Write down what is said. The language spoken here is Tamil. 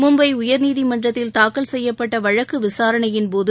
மும்பை உயர்நீதிமன்றத்தில் தாக்கல் செய்யப்பட்ட வழக்கு விசாரணையின்போது